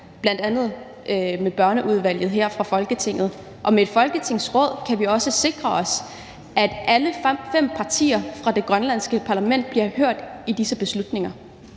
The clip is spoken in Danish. bl.a. i Børneudvalget her i Folketinget. Og med et folketingsråd kan vi også sikre os, at alle fem partier fra det grønlandske parlament bliver hørt i disse beslutninger.